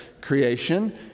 creation